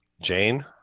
Jane